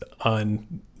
on